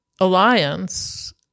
alliance